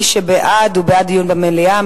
מי שבעד הוא בעד דיון במליאה,